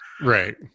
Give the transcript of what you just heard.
Right